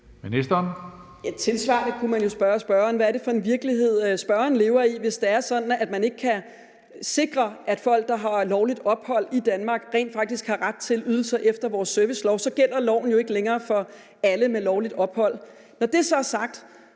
Tilsvarende kunne man jo spørge spørgeren, hvad det er for en virkelighed, spørgeren lever i, hvis det er sådan, at man ikke kan sikre, at folk, der har lovligt ophold i Danmark, rent faktisk har ret til ydelser efter vores servicelov, for så ville loven jo ikke længere gælde for alle med lovligt ophold. Når det så er sagt,